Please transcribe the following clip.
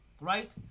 right